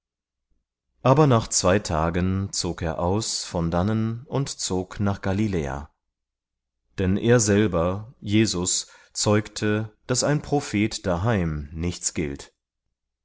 aber nach zwei tagen zog er aus von dannen und zog nach galiläa denn er selber jesus zeugte daß ein prophet daheim nichts gilt